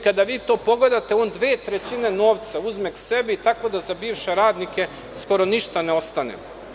Kada vi to pogledate, on 2/3 novca uzme sebi, tako da za bivše radnike skoro ništa ne ostane.